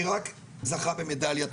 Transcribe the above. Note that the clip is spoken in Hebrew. כי רק זכה במדליית ארד.